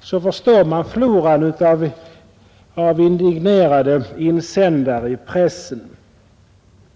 förstår man floran av indignerade insändare i pressen.